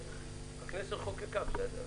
הכנסת חוקקה בסדר.